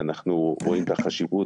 אנחנו רואים את החשיבות,